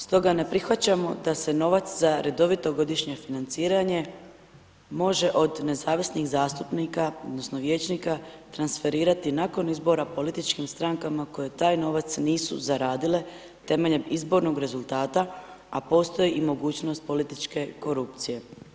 Stoga ne prihvaćamo da se novac za redovito godišnje financiranje može od nezavisnih zastupnika odnosno vijećnika transferirati nakon izbora političkim strankama koje taj novac nisu zaradile temeljem izbornog rezultata, a postoji i mogućnost političke korupcije.